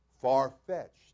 far-fetched